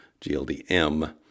GLDM